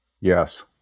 Yes